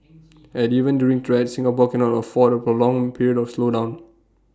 and even during threats Singapore cannot afford A prolonged period of slowdown